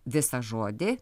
visą žodį